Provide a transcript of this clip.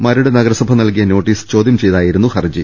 മരട് നഗരസഭ നൽകിയ നോട്ടീസ് ചോദ്യം ചെയ്തായിരുന്നു ഹർജി